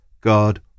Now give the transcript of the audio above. God